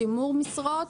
שימור משרות,